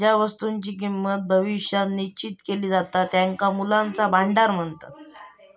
ज्या वस्तुंची किंमत भविष्यात निश्चित केली जाता त्यांका मूल्याचा भांडार म्हणतत